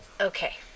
Okay